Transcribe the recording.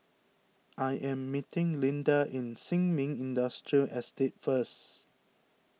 I am meeting Linda in Sin Ming Industrial Estate first